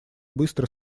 быстро